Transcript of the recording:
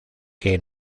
que